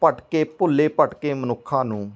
ਭਟਕੇ ਭੁੱਲੇ ਭਟਕੇ ਮਨੁੱਖਾਂ ਨੂੰ